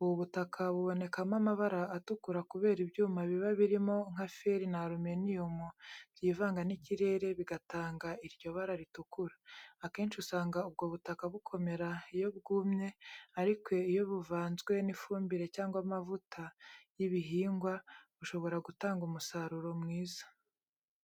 Ubu butaka bubonekamo amabara atukura kubera ibyuma biba birimo nka feri na aluminiyumu byivanga n’ikirere bigatanga iryo bara ritukura. Akenshi usanga ubwo butaka bukomera iyo bwumye, ariko iyo buvanzwe n’ifumbire cyangwa amavuta y’ibihingwa, bushobora gutanga umusaruro mwiza.